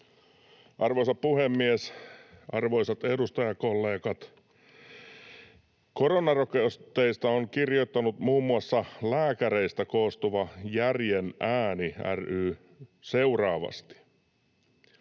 Arvoisa puhemies! Arvoisat edustajakollegat! Koronarokotteista on kirjoittanut muun muassa lääkäreistä koostuva Järjen Ääni ry seuraavasti: